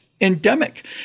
endemic